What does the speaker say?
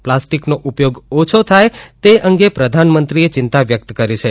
પ્લાસ્ટીકનો ઉપયોગ ઓછો થાય તે અંગે પ્રધાનમંત્રીએ ચિંતા વ્યકત કરી છે